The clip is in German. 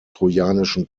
trojanischen